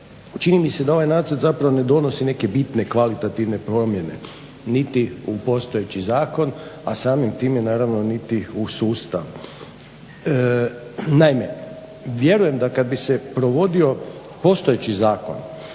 čini mi se da ovaj nacrt zapravo ne donosi neke bitne kvalitativne promjene niti u postojeći zakon, a samim time naravno niti u sustav. Naime, vjerujem da kad bi se provodio postojeći zakon